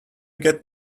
get